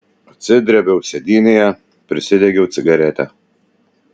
atsidrėbiau sėdynėje prisidegiau cigaretę